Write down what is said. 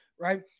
right